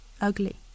ugly